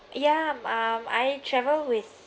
ya um I travel with